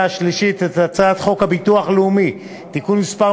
השלישית את הצעת חוק הביטוח הלאומי (תיקון מס'